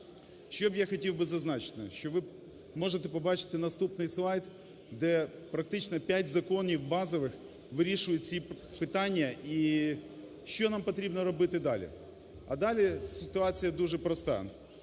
Що б я хотів би зазначити, що ви можете побачити наступний слайд, де практично 5 законів базових вирішують ці питання і, що нам потрібно робити далі. А далі ситуація дуже проста.